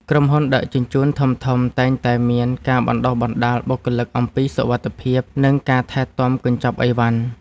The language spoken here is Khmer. ក្រុមហ៊ុនដឹកជញ្ជូនធំៗតែងតែមានការបណ្តុះបណ្តាលបុគ្គលិកអំពីសុវត្ថិភាព និងការថែទាំកញ្ចប់អីវ៉ាន់។